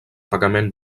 pagament